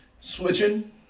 switching